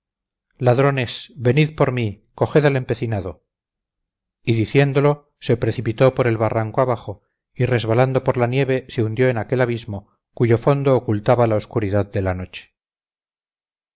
ladrones venid por mí coged al empecinado y diciéndolo se precipitó por el barranco abajo y resbalando por la nieve se hundió en aquel abismo cuyo fondo ocultaba la oscuridad de la noche